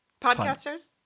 Podcasters